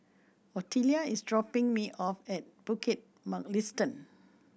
Ottilia is dropping me off at Bukit Mugliston